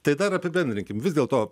tai dar apibendrinkim vis dėl to